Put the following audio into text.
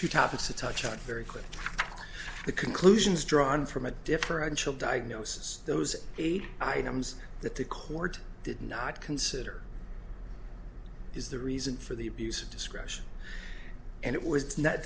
two topics to touch on very quickly the conclusions drawn from a differential diagnosis those eight items that the court did not consider is the reason for the abuse of discretion and it was